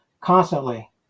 constantly